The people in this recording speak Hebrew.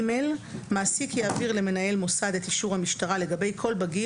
סעיף קטן (ג): מעסיק יעביר למנהל מוסד את אישור המשטרה לגבי כל בגיר